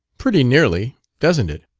pretty nearly. doesn't it?